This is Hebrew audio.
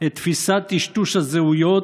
את תפיסת טשטוש הזהויות,